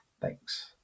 thanks